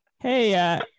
hey